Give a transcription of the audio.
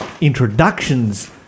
introductions